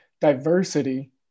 diversity